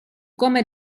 come